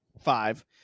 five